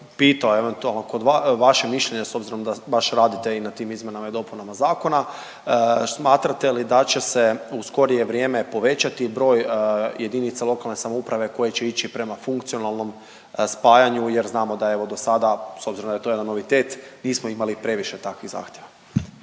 pitao eventualno vaše mišljenje s obzirom da baš radite i na tim izmjenama i dopunama zakona. Smatrate li da će se u skorije vrijeme povećati broj jedinica lokalne samouprave koje će ići prema funkcionalnom spajanju jer znamo da je evo do sada s obzirom da je to jedan novitet nismo imali previše takvih zahtjeva.